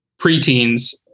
preteens